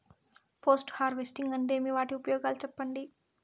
Post harvesting అంటే ఏమి? వాటి ఉపయోగాలు చెప్పండి?